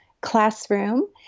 classroom